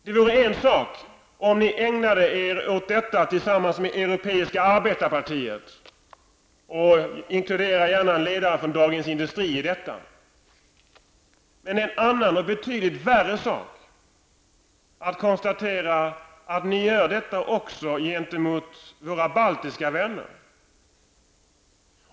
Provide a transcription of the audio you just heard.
Det vore en sak om ni ägnade er åt detta tillsammans med Europeiska arbetarpartiet -- och inkludera gärna ledaren i Dagens Industri i detta sammanhang -- men en annan och betydligt värre sak är att kunna konstatera att ni också gör detta gentemot våra baltiska vänner.